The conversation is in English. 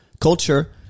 culture